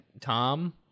Tom